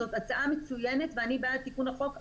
זאת הצעה מצוינת, ואני בעד תיקון החוק.